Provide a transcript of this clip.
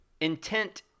intent